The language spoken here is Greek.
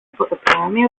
ποτάμι